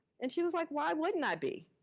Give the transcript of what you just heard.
and she was like, why wouldn't i be.